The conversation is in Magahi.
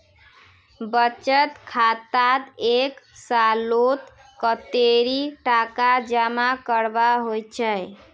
बचत खातात एक सालोत कतेरी टका जमा करवा होचए?